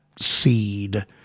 seed